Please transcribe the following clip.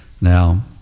Now